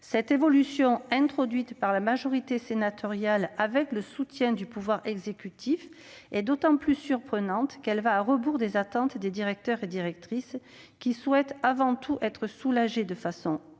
Cette évolution, introduite par la majorité sénatoriale avec le soutien du pouvoir exécutif, est d'autant plus surprenante qu'elle va à rebours des attentes des directeurs et directrices, qui souhaitent avant tout être soulagés de façon très